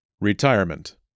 Retirement